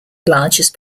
largest